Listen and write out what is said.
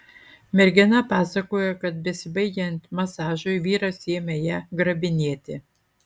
mergina pasakojo kad besibaigiant masažui vyras ėmė ją grabinėti